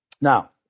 Now